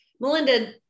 Melinda